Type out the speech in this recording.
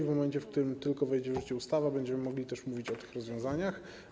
W momencie, w którym tylko wejdzie w życie ustawa, będziemy też mogli mówić o tych rozwiązaniach.